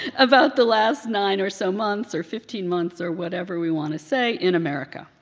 about the last nine or so months or fifteen months or whatever we want to say in america.